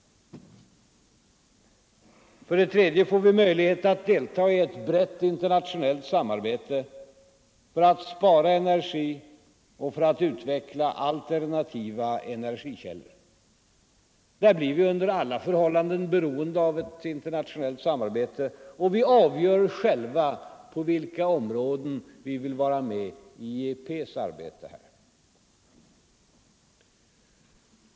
För det tredje får vi möjlighet att delta i ett brett internationellt samarbete för att spara energi och för att utveckla alternativa energikällor. Där blir vi under alla förhållanden beroende av ett internationellt samarbete, och vi avgör själva på vilka områden vi vill vara med i IEP:s arbete.